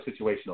situational